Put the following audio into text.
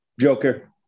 Joker